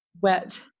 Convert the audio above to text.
Wet